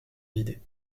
vidée